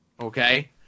okay